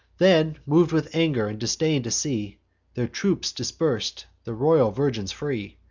then, mov'd with anger and disdain, to see their troops dispers'd, the royal virgin free,